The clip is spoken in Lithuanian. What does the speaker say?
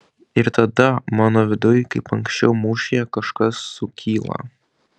ir tada mano viduj kaip anksčiau mūšyje kažkas sukyla